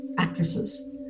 actresses